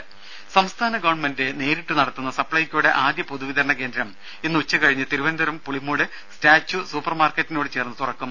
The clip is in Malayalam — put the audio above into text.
രും സംസ്ഥാന ഗവൺമെന്റ് നേരിട്ടു നടത്തുന്ന സപ്ലൈകോയുടെ ആദ്യ പൊതുവിതരണ കേന്ദ്രം ഇന്ന് ഉച്ചകഴിഞ്ഞ് തിരുവനന്തപുരം പുളിമൂട് സ്റ്റാച്യു സൂപ്പർമാർക്കറ്റിനോട് ചേർന്ന് തുറക്കും